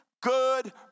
good